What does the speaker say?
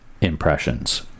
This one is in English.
impressions